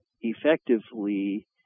effectively